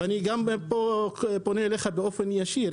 אני פונה אליך באופן ישיר,